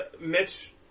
Mitch